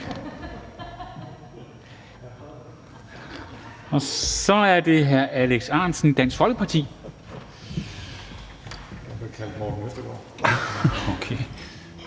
Så er det hr. Alex Ahrendtsen, Dansk Folkeparti.